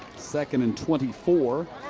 second and twenty four.